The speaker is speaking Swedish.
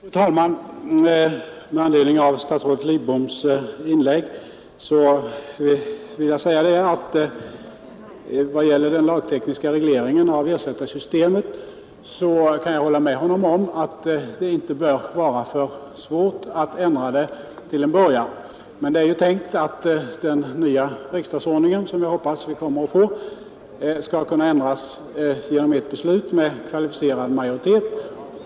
Fru talman! Med anledning av statsrådet Lidboms inlägg vill jag säga att jag, vad gäller den lagtekniska regleringen av ersättarsystemet, kan hålla med honom om att systemet till en början inte bör vara för svårt att ändra. Men det är tänkt att den nya riksdagsordningen — som jag hoppas att vi kommer att få — skall kunna ändras genom ett beslut med kvalificerad majoritet.